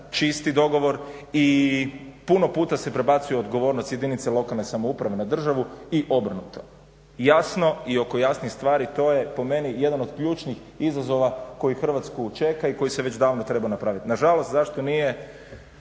čisti dogovor. I puno puta se prebacuje odgovornost jedinice lokalne samouprave na državu i obrnuto. Jasno i oko jasnih stvari to je po meni jedan od ključnih izazova koji Hrvatsku čeka i koji se već davno treba napraviti. Na žalost zašto nije